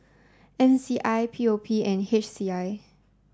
M C I P O P and H C I